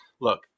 look